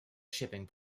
shipping